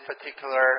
particular